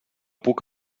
puc